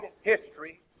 history